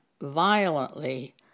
violently